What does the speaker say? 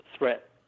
threat